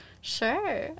sure